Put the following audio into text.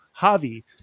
javi